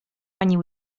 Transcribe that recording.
panie